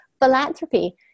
philanthropy